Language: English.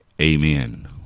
Amen